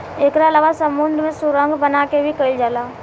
एकरा अलावा समुंद्र में सुरंग बना के भी कईल जाला